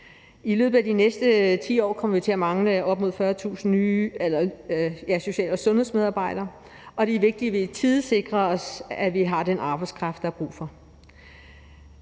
I løbet af de næste 10 år kommer vi til at mangle op mod 40.000 social- og sundhedsmedarbejdere, og det er vigtigt, at vi i tide sikrer os, at vi har den arbejdskraft, der er brug for.